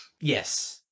Yes